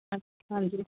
ਹਾਂਜੀ